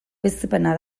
bizipena